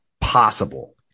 possible